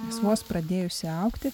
nes vos pradėjusią augti